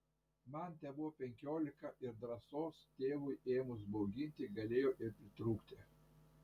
man tebuvo penkiolika ir drąsos tėvui ėmus bauginti galėjo ir pritrūkti